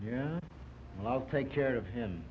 yeah i'll take care of him